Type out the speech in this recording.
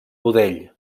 budell